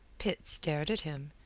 pitt stared at him,